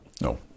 No